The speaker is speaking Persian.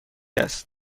است